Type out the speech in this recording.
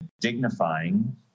dignifying